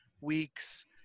weeks